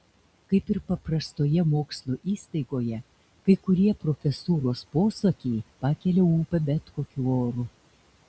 kaip ir paprastoje mokslo įstaigoje kai kurie profesūros posakiai pakelia ūpą bet kokiu oru